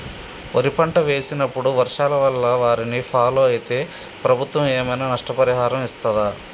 వరి పంట వేసినప్పుడు వర్షాల వల్ల వారిని ఫాలో అయితే ప్రభుత్వం ఏమైనా నష్టపరిహారం ఇస్తదా?